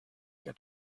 que